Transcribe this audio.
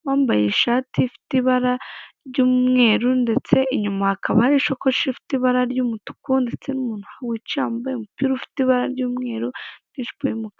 n'uwambambaye ishati ifite ibara ry'umweru ndetse inyuma hakaba hari ishakoshi ifite ibara ry'umutuku, ndetse n'umuntu wicaye wambaye umupira ufite ibara ry'umweru n'ijipo y'umukara.